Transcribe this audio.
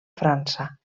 frança